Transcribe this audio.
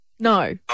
No